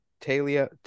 Talia